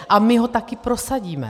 A my ho taky prosadíme.